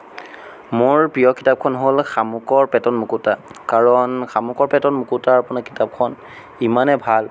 মোৰ প্ৰিয় কিতাপখন হ'ল শামুকৰ পেটত মুকুতা কাৰণ শামুকৰ পেটত মুুকুতা আপোনাৰ কিতাপখন ইমানে ভাল